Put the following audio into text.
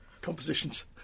compositions